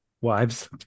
Wives